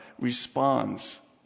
responds